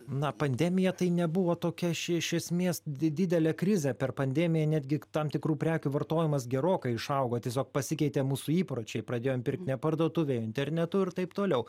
na pandemija tai nebuvo tokia iš esmės didelė krizė per pandemiją netgi tam tikrų prekių vartojimas gerokai išaugo tiesiog pasikeitė mūsų įpročiai pradėjom pirkt ne parduotuvėj o internetu ir taip toliau